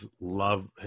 love